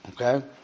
Okay